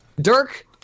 Dirk